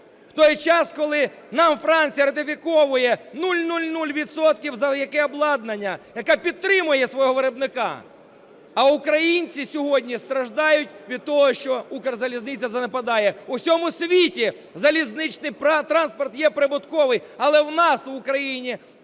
в той час, коли нам Франція ратифіковує 0,00 відсотків за яке обладнання, яка підтримує свого виробника. А українці сьогодні страждають від того, що Укрзалізниця занепадає. У всьому світі залізничний транспорт є прибутковий, але у нас в Україні